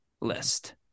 list